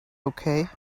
okay